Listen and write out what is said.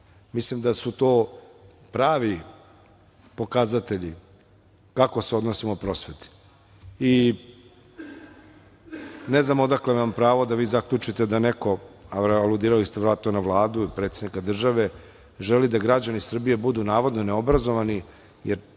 da su to pravi pokazatelji kako se odnosimo prema prosveti. Ne znam odakle vam pravo da vi zaključite da neko, a aludirali ste verovatno na Vladu ili na predsednika države, želi da građani Srbije budu navodno neobrazovani i